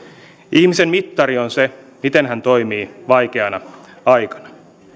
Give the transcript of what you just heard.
ihmisen mittari on se miten hän toimii vaikeana aikana